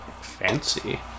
fancy